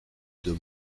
deux